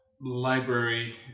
library